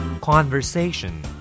Conversation